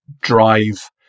drive